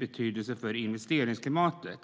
betydelse för investeringsklimatet.